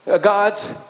God's